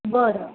बरं